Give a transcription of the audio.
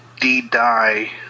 D-Die